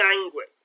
language